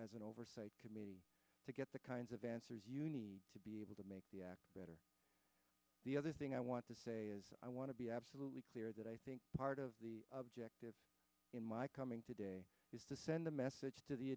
as an oversight committee to get the kinds of answers you need to be able to make better the other thing i want to say is i want to be absolutely clear that i think part of the objective in my coming today is to send a message to the